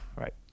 Right